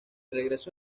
regreso